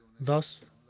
Thus